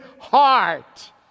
heart